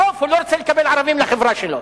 ובסוף הוא לא רוצה לקבל ערבים לחברה שלו.